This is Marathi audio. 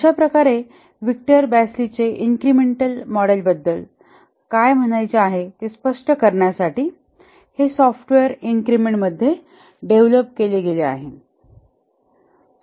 अशा प्रकारे व्हिक्टर बॅसीलीचे इन्क्रिमेंटल मॉडेलबद्दल काय म्हणायचे आहे ते स्पष्ट करण्यासाठी हे सॉफ्टवेअर इन्क्रिमेंट मध्ये डेव्हलप केले गेले आहे